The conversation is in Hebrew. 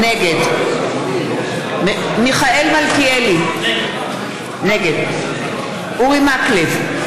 נגד מיכאל מלכיאלי, נגד אורי מקלב,